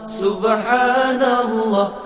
subhanallah